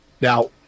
Now